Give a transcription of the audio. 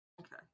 Okay